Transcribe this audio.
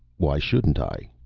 why shouldn't i?